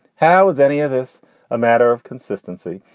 how is any of this a matter of consistency?